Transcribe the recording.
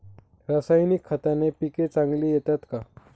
रासायनिक खताने पिके चांगली येतात का?